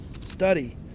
Study